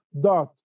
dot